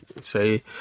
say